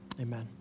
Amen